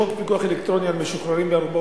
חוק פיקוח אלקטרוני על משוחררים בערובה